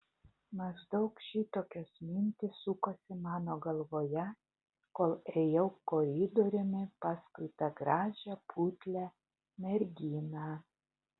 maždaug šitokios mintys sukosi mano galvoje kol ėjau koridoriumi paskui tą gražią putlią merginą